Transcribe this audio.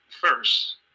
first